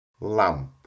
lamp